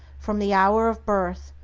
from the hour of birth,